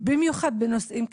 במיוחד בנושאים כאלה,